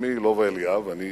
שמי לובה אליאב, אני